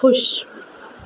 خوش